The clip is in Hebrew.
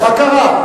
מה קרה?